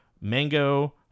mango